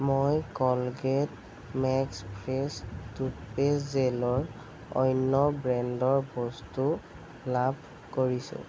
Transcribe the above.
মই Colgate max fresh toothpaste জেলৰ অন্য ব্ৰেণ্ডৰ বস্তু লাভ কৰিছো